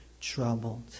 troubled